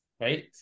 right